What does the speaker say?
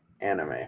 anime